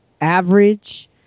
average